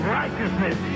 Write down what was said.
righteousness